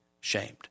shamed